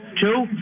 Two